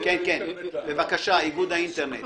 בבקשה, איגוד האינטרנט.